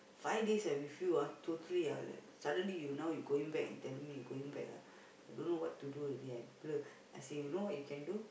five days I with you ah totally ah like suddenly you now you going back and tell me you going back ah I don't know what to do already I blur I say you know what you can do